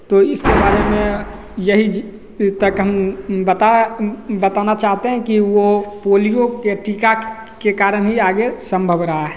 तो इसके बारे में यही जे ये तक हम बता बताना चाहते हैं कि वो पोलियो के टीका के कारण ही आगे संभव रहा है